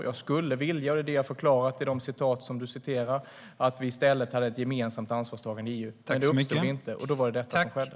Som jag förklarade i de citat Christina Örnebjär nämnde skulle jag vilja att vi i stället har ett gemensamt ansvarstagande i EU. Men det uppstod inte, och då var det detta som skedde.